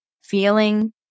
feeling